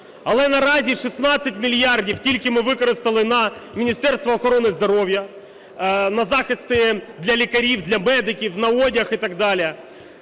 Але наразі 16 мільярдів тільки ми використали на Міністерство охорони здоров'я, на захисти для лікарів, для медиків на одяг і так далі,